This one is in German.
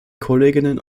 kolleginnen